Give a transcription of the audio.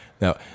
now